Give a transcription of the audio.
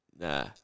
nah